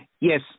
Yes